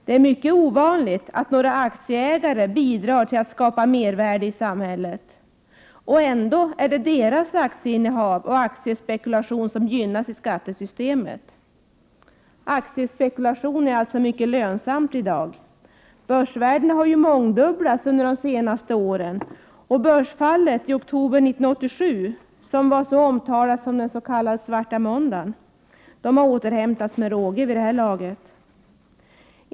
Det är mycket ovanligt att några aktieägare bidrar till att skapa mervärde i samhället. Och ändå är det deras 133 aktieinnehav och aktiespekulation som gynnas i skattesystemet. Aktiespekulation är alltså mycket lönsamt i dag. Börsvärdena har ju mångdubblats under de senaste åren, och börsfallet i oktober 1987, den s.k. svarta måndagen, har vid det här laget återhämtats med råge.